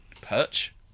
perch